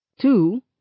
Two